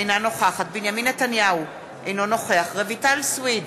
אינה נוכחת בנימין נתניהו, אינו נוכח רויטל סויד,